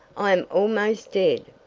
i am almost dead!